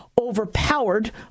overpowered